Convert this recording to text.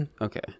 okay